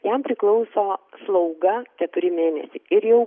jam priklauso slauga keturi mėnesiai ir jau